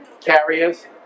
carriers